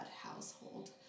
household